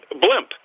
blimp